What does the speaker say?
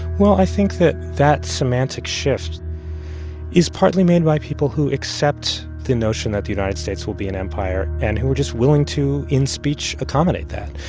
well, i think that that semantic shift is partly made by people who accept the notion that the united states will be an empire and who were just willing to in speech accommodate that.